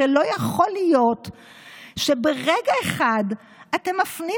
הרי לא יכול להיות שברגע אחד אתם מפנים